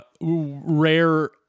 rare